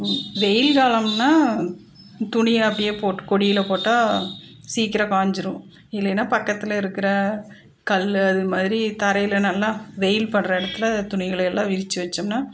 வெயில் காலம்னா துணியை அப்படியே போட்டு கொடியில் போட்டால் சீக்கிரம் காஞ்சிடும் இல்லைனா பக்கத்தில் இருக்கிற கல் அது மாதிரி தரையில் நல்லா வெயில் படுற இடத்துல துணிகளையெல்லாம் விரித்து வைச்சோம்னா